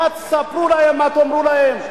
מה תספרו להם, מה תאמרו להם?